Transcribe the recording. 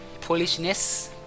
Polishness